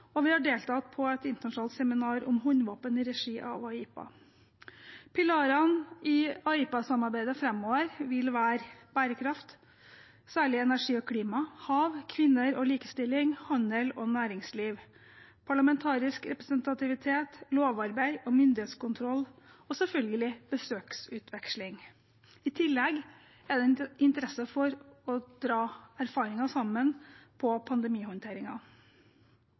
og vi har deltatt på et internasjonalt seminar om håndvåpen i regi av AIPA. Pilarene i AIPA-samarbeidet framover vil være bærekraft, særlig energi og klima, hav, kvinner og likestilling, handel og næringsliv, parlamentarisk representativitet, lovarbeid og myndighetskontroll og selvfølgelig besøksutveksling. I tillegg er det en interesse for å dra erfaringer sammen på